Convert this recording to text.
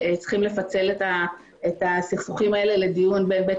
צריכים לפצל את הסכסוכים האלה לדיון בבית